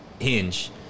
Hinge